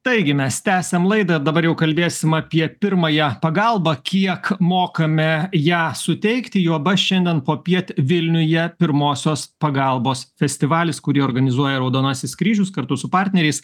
taigi mes tęsiam laidą dabar jau kalbėsim apie pirmąją pagalbą kiek mokame ją suteikti juoba šiandien popiet vilniuje pirmosios pagalbos festivalis kurį organizuoja raudonasis kryžius kartu su partneriais